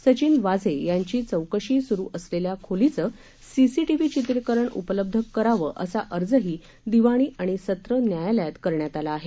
सचिन वाझे यांची चौकशी सुरु असलेल्या खोलीचं सीसीटीवी चित्रीकरण उपलब्ध करावं असा अर्जही दिवाणी आणि सत्र न्यायालयात करण्यात आला आहे